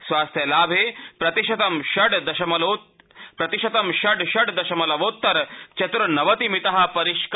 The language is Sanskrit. स्वास्थ्यलाभे प्रतिशतं षड् षड् दशमलवोत्तर चतुर्नवतिमित परिष्कार